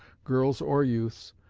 girls or youths,